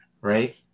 right